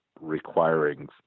requiring